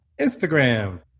Instagram